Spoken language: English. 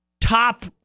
top